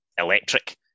electric